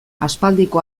aspaldiko